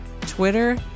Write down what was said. Twitter